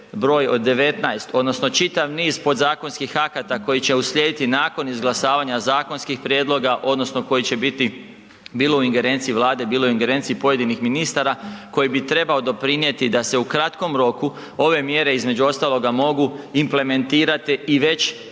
broj od 19 odnosno čitav niz podzakonskih akata koji će uslijediti nakon izglasavanja zakonskih prijedloga odnosno koji će biti bilo u ingerenciji Vlade, bilo u ingerenciji pojedinih ministara koji bi trebao doprinijeti da se u kratkom roku ove mjere između ostaloga mogu implementirati i već